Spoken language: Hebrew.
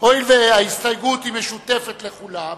היא משותפת לכולם,